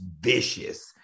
vicious